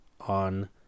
on